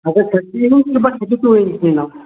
either thirty inch বা thirty two inch নিয়ে নাও